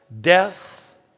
Death